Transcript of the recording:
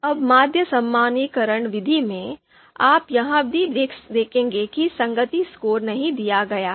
अब माध्य सामान्यीकरण विधि में आप यह भी देखेंगे कि संगति स्कोर नहीं दिया गया है